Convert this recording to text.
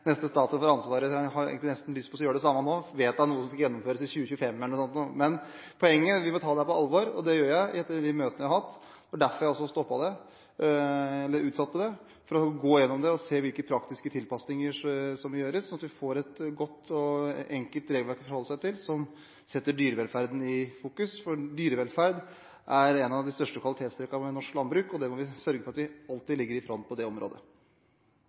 neste statsråd som får ansvaret. Jeg har egentlig nesten lyst til å gjøre det samme nå, vedta noe som skal gjennomføres i 2025 f.eks. Men poenget er at vi må ta dette på alvor, og det gjør jeg etter de møtene vi har hatt. Det var derfor jeg også stoppet det, eller utsatte det, for å gå igjennom det og se hvilke praktiske tilpasninger som gjøres, slik at vi får et godt og enkelt regelverk å forholde oss til som setter dyrevelferden i fokus. For dyrevelferd er et av de største kvalitetstrekkene ved norsk landbruk, og vi må sørge for at vi alltid ligger i front på det området.